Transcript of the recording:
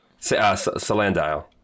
Salandile